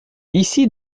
ici